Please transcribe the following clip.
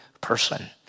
person